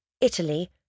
Italy